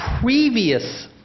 previous